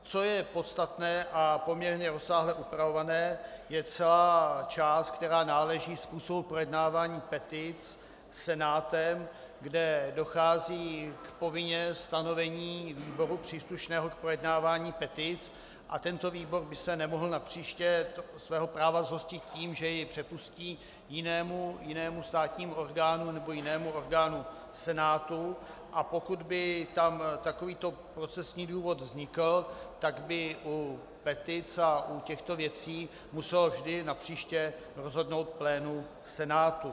Co je podstatné a poměrně rozsáhle upravované, je celá část, která náleží způsobu projednávání petic Senátem, kde dochází povinně k stanovení výboru příslušného k projednávání petic, a tento výbor by se nemohl napříště svého práva zhostit tím, že jej přepustí jinému státnímu orgánu nebo jinému orgánu Senátu, a pokud by tam procesní důvod vznikl, tak by u petic a u těchto věcí muselo vždy napříště rozhodnout plénum Senátu.